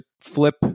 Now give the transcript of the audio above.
flip